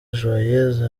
joyeuse